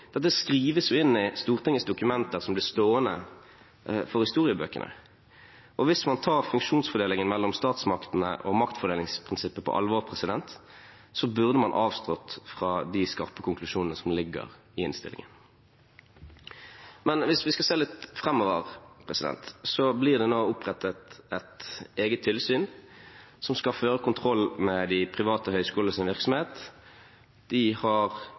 skrives jo inn i Stortingets dokumenter, som blir stående for historien, og hvis man tar funksjonsfordelingen mellom statsmaktene og maktfordelingsprinsippet på alvor, burde man avstått fra de skarpe konklusjonene som ligger i innstillingen. Hvis vi skal se litt framover, blir det nå opprettet et eget tilsyn som skal føre kontroll med virksomheten til de private høyskolene. De har både kompetanse, mandat og ressurser til å gjøre jobben sin